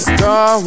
Star